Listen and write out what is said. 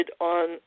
on